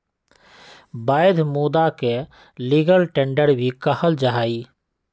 वैध मुदा के लीगल टेंडर भी कहल जाहई